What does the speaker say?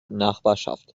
nachbarschaft